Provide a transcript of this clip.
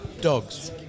dogs